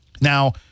Now